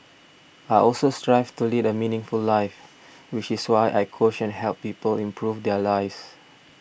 I also strive to lead a meaningful life which is why I coach and help people improve their lives